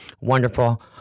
wonderful